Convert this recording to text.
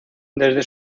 desde